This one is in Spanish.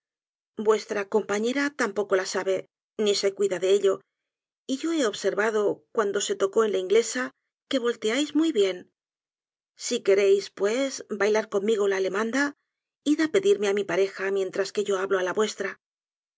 vuestra compañera tampoco la sabe ni se cuida de ello y yo he observado cuando se tocó la inglesa que volteáis muy bien si queréis pues bailar conmigo la alemanda id á pedirme á mi pareja mientras que yo hablo á la vuestra